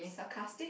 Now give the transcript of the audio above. sarcastic